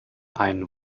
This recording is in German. einen